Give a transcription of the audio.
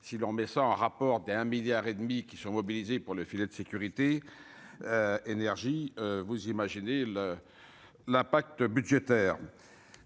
si l'on met ça en rapport d'un milliard et demi qui sont mobilisés pour le filet de sécurité, énergie, vous imaginez le l'impact budgétaire